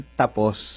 tapos